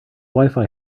wifi